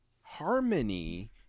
Harmony